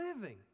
living